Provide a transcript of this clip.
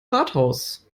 rathaus